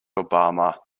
obama